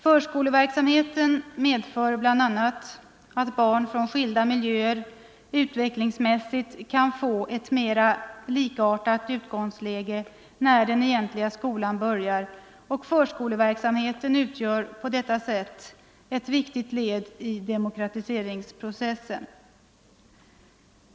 Förskoleverksamhet medför bl.a. att barn från skilda miljöer utvecklingsmässigt kan få ett mera likartat utgångsläge när den egentliga skolan börjar, och förskoleverksamheten utgör på det sättet ett viktigt led i demokratiseringsprocessen.